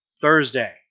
Thursday